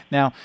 Now